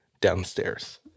downstairs